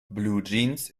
bluejeans